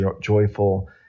joyful